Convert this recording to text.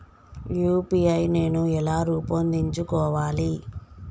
UPI నేను ఎలా రూపొందించుకోవాలి?